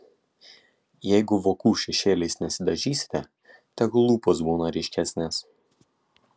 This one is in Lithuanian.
jeigu vokų šešėliais nesidažysite tegul lūpos būna ryškesnės